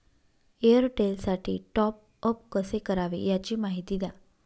एअरटेलसाठी टॉपअप कसे करावे? याची माहिती द्या